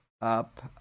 up